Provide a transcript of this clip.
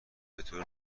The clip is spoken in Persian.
بطور